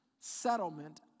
settlement